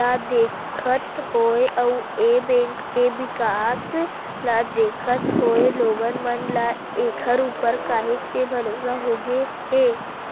ल देखत होय अउ ए बेंक के बिकास ल देखत होय लोगन मन ल ऐखर ऊपर काहेच के भरोसा होगे हे